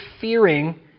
fearing